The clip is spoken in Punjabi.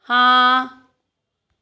ਹਾਂ